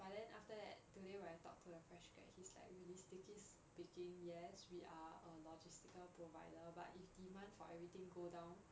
but then after that today when I talk to the fresh grad he's like realistically speaking yes we are a logistical provider but if demand for everything go down